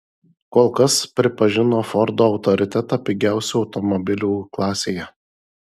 kol kas pripažino fordo autoritetą pigiausių automobilių klasėje